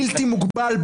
בלתי מוגבל,